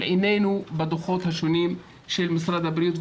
עינינו בדו"חות השונים של משרד הבריאות,